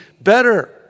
better